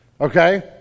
okay